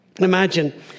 Imagine